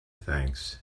thanks